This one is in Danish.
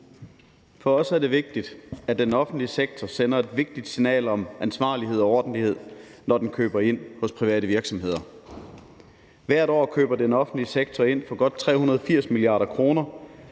For os er det vigtigt, at den offentlige sektor sender et vigtigt signal om ansvarlighed og ordentlighed, når den køber ind hos private virksomheder. Hvert år køber den offentlige sektor ind for godt 380 mia. kr.,